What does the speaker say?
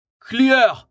Clear